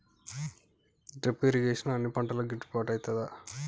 Drip irrigation అన్ని పంటలకు గిట్టుబాటు ఐతదా?